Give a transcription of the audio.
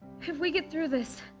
if we get through this,